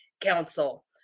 council